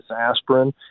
aspirin